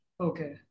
Okay